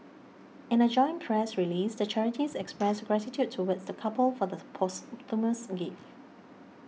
in a joint press release the charities expressed gratitude towards the couple for the posthumous gift